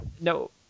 No